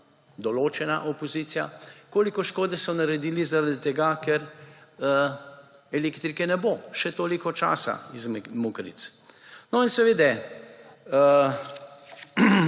določena opozicija –, koliko škode so naredili zaradi tega, ker elektrike ne bo še toliko časa iz Mokric in seveda